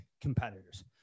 competitors